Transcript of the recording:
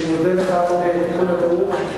אני מודה לך על תיקון הטעות.